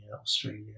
Australia